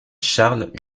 charles